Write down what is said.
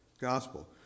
Gospel